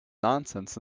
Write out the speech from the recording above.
nonsense